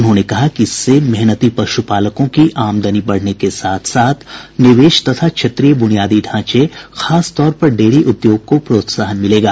उन्होंने कहा कि इससे मेहनती पशुपालकों की आमदनी बढ़ने के साथ साथ निवेश तथा क्षेत्रीय ब्रनियादी ढांचे खासतौर पर डेयरी उद्योग को प्रोत्साहन मिलेगा